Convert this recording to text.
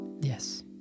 Yes